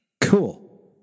Cool